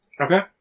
Okay